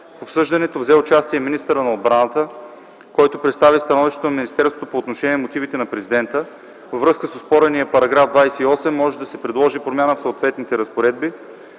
В обсъждането взе участие министърът на отбраната, който представи становището на министерството по отношение мотивите на Президента. Във връзка с оспорения § 28 може да се предложи промяна в съответните разпоредби,